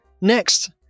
Next